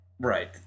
Right